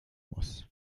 muss